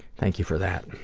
thank you for that.